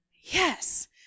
Yes